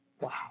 Wow